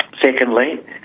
Secondly